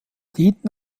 dienten